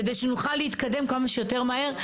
כדי שנוכל להתקדם כמה שיותר מהר.